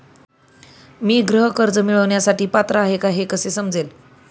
मी गृह कर्ज मिळवण्यासाठी पात्र आहे का हे कसे समजेल?